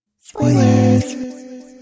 Spoilers